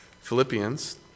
Philippians